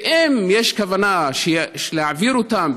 ואם יש כוונה להעביר אותם,